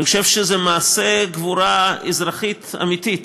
אני חושב שזה מעשה של גבורה אזרחית אמיתית,